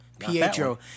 Pietro